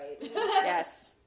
Yes